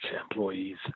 employees